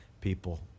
people